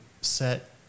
set